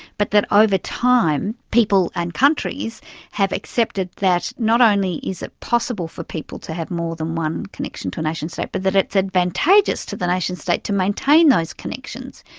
but that over time people and countries have accepted that not only is it possible for people to have more than one connection to a nationstate but that it's advantageous to the nationstate to maintain those connections.